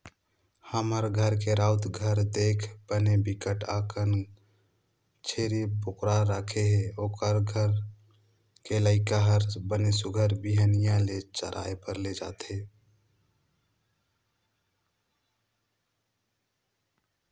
हमर गाँव के राउत घर देख बने बिकट अकन छेरी बोकरा राखे हे, ओखर घर के लइका हर बने सुग्घर बिहनिया ले चराए बर ले जथे